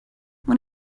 when